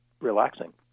Relaxing